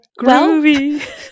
Groovy